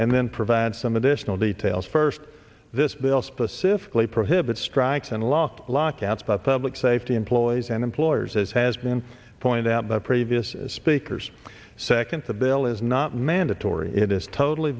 and then provide some additional details first this bill specifically prohibits strikes and lock lock outs by public safety employees and employers as has been pointed out by previous speakers second the bill is not mandatory it is totally